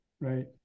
right